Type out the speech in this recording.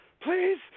please